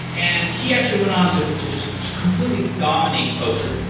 and he actually went on to to just completely dominate poker.